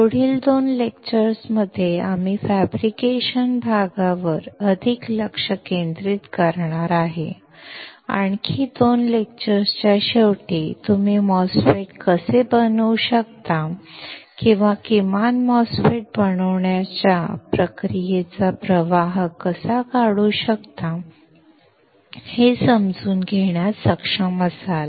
पुढील 2 लेक्चर्समध्ये आम्ही फॅब्रिकेशन भागावर अधिक लक्ष केंद्रित करणार आहोत आणि आणखी 2 लेक्चर्सच्या शेवटी तुम्ही MOSFET कसे बनवू शकता किंवा किमान MOSFET बनवण्याच्या प्रक्रियेचा प्रवाह कसा काढू शकता हे समजून घेण्यास सक्षम असाल